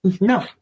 No